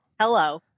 Hello